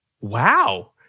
wow